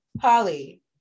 Polly